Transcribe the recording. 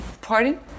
pardon